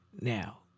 Now